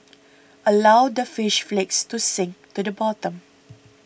allow the fish flakes to sink to the bottom